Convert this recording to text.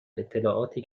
اطلاعاتی